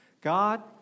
God